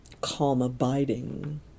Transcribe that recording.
calm-abiding